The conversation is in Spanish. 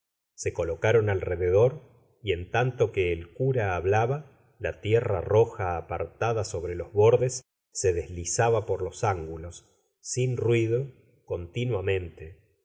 se colocaron alrededor y en tanto que el cura hablaba la tierra roja apartada sobre los bordes se deslizaba por los ángulos sin ruido continuamente